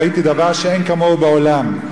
ראיתי דבר שאין כמוהו בעולם.